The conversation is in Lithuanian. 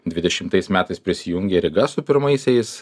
dvidešimtais metais prisijungė ryga su pirmaisiais